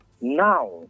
now